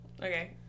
Okay